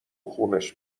خونش